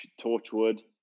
torchwood